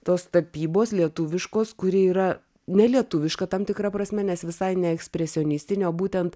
tos tapybos lietuviškos kuri yra nelietuviška tam tikra prasme nes visai ne ekspresionistinė o būtent